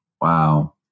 Wow